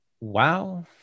Wow